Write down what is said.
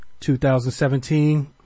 2017